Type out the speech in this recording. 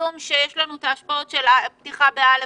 בגלל שהיו לנו את ההשפעות של הפתיחה בא'